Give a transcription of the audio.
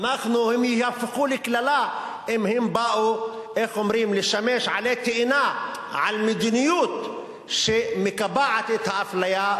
הן יהפכו לקללה אם הן באו לשמש עלה תאנה על מדיניות שמקבעת את האפליה,